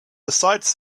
besides